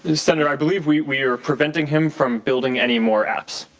and senator, i believe we are preventing him from building any more apps.